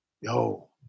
Yo